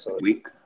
week